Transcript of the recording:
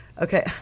Okay